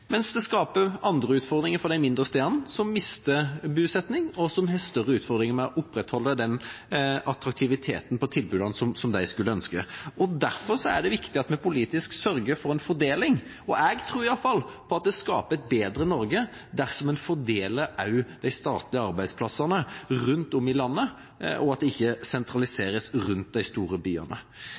mens det skaper andre utfordringer for de mindre stedene som får nedgang i bosetningen, og som har større utfordringer med å opprettholde den attraktiviteten på tilbudene som de skulle ønske. Derfor er det viktig at vi politisk sørger for en fordeling. Jeg tror i alle fall at vi skaper et bedre Norge dersom en fordeler også de statlige arbeidsplassene rundt om i landet, og at de ikke sentraliseres rundt de store byene.